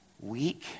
weak